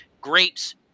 grapes